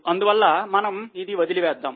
అందువల్ల మనము ఇది వదిలి వేద్దాం